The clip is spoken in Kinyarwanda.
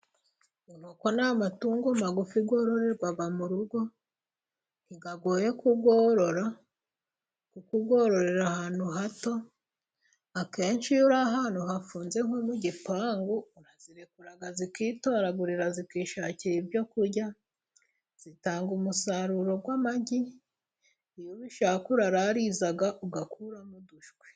Inkoko ni amatungo magufi yoororerwa mu rugo. Ntagoye kuyorora. Kuko yororerwa ahantu hato. Akenshi iyo uri ahantu hafunze, nko mu gipangu, urazirekura zikitoragurira zikishakira ibyo kurya. Zitanga umusaruro w'amagi. Iyo ubishatse urarariza ugakuramo udushwi.